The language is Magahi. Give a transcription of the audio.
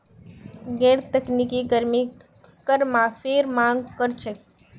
गैर तकनीकी कर्मी कर माफीर मांग कर छेक